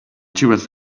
terence